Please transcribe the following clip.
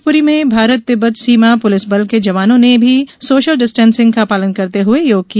शिवपुरी में भारत तिब्बत सीमा पुलिस बल के जवानो ने भी सोशल डिस्टेंसिग का पालन करते हुए योग किया